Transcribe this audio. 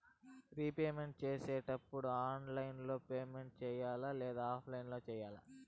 repayment సేసేటప్పుడు online లో payment సేయాలా లేదా ఆఫ్లైన్ లో సేయాలా